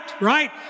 right